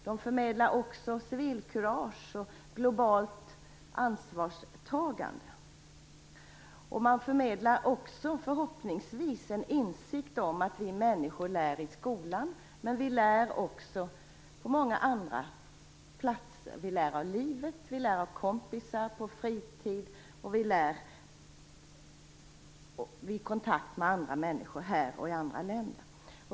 De förmedlar också civilkurage och globalt ansvarstagande, och förhoppningsvis även en insikt om att vi människor lär i skolan, men också på många andra platser. Vi lär av livet, av kompisar, på fritiden och i kontakt med andra människor här och i andra länder.